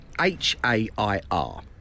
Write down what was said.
H-A-I-R